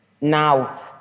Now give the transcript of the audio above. now